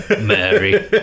Mary